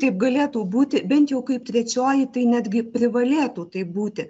taip galėtų būti bent jau kaip trečioji tai netgi privalėtų taip būti